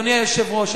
אדוני היושב-ראש,